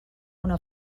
una